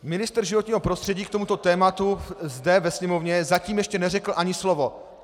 Ministr životního prostředí k tomuto tématu zde ve sněmovně zatím ještě neřekl ani slovo.